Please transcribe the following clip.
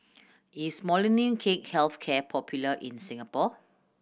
is Molnylcke Health Care popular in Singapore